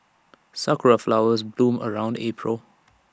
Sakura Flowers bloom around April